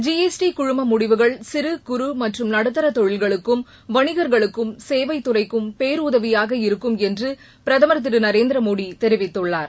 G S T குழும முடிவுகள் சிறு குறு மற்றும் நடுத்தர தொழில்களுக்கும் வணிக்களுக்கும சேவைத்துறைக்கும் பேருதவியாக இருக்கும் என்று பிரதமர் திரு நரேந்திரமோடி தெரிவித்துள்ளார்